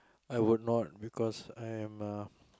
I would not because I am a